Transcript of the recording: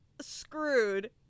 screwed